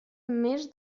més